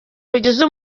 rugize